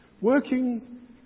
working